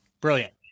brilliant